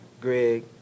Greg